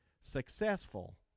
successful